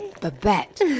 Babette